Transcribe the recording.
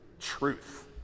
truth